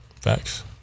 Facts